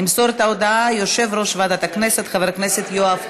ימסור את ההודעה יושב-ראש ועדת הכנסת חבר הכנסת יואב קיש.